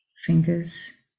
fingers